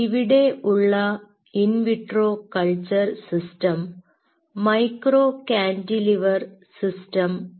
ഇവിടെ ഉള്ള in vitro culture system micro cantilever system ആണ്